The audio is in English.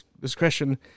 discretion